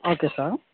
okay sir